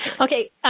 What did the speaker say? Okay